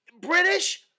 British